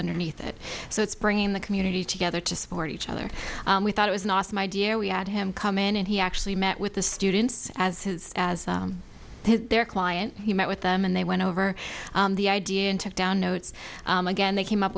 underneath it so it's bringing the community together to support each other we thought it was an awesome idea we had him come in and he actually met with the students as his as their client he met with them and they went over the idea and took down notes again they came up